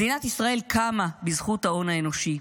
מדינת ישראל קמה בזכות ההון האנושי.